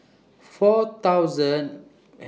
four thousand